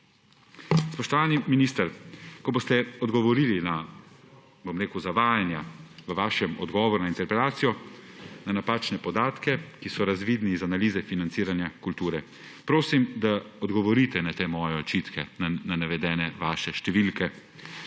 Spoštovani minister, ko boste odgovorili na zavajanja v vašem odgovoru na interpelacijo, na napačne podatke, ki so razvidni iz analize financiranja kulture, prosim, da odgovorite na te moje očitke na vaše navedene številke.